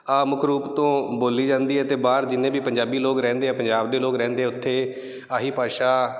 ਆਹ ਮੁੱਖ ਰੂਪ ਤੋਂ ਬੋਲੀ ਜਾਂਦੀ ਹੈ ਅਤੇ ਬਾਹਰ ਜਿੰਨੇ ਵੀ ਪੰਜਾਬੀ ਲੋਕ ਰਹਿੰਦੇ ਆ ਪੰਜਾਬ ਦੇ ਲੋਕ ਰਹਿੰਦੇ ਆ ਉੱਥੇ ਇਹੀ ਭਾਸ਼ਾ